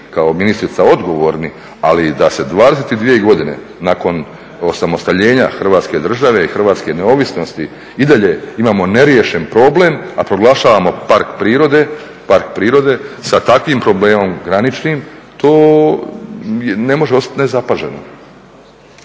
kao ministrica odgovorni ali da se 22 godine nakon osamostaljenja Hrvatske države i hrvatske neovisnosti i dalje imamo neriješen problem, a proglašavamo park prirode sa takvim problemom graničnim to ne može ostati nezapaženo.